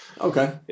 Okay